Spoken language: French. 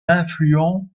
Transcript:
affluent